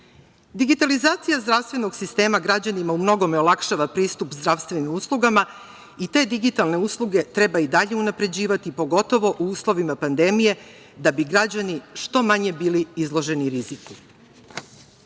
krizu. Digitalizacija zdravstvenog sistema građanima u mnogome olakšava pristup zdravstvenim uslugama i te digitalne usluge treba i dalje unapređivati i pogotovo u uslovima pandemije da bi građani što manje bili izloženi